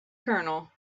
colonel